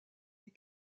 les